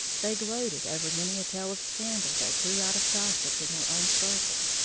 they gloated over many a tale of scandal that grew out of gossip in their own circle.